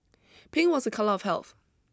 pink was a colour of health